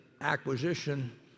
acquisition